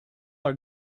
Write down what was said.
are